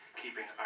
keeping